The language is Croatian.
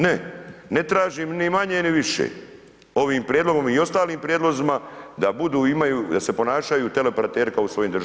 Ne, ne tražim, ni manje ni više, ovim prijedlogom i ostalim prijedlozima, da budu i imaju, da se ponašaju teleoperateri kao u svojim državama.